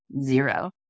zero